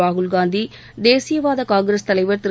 ராகுல் காந்தி தேசிய வாதகாங்கிரஸ் தலைவர் திரு